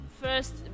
first